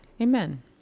Amen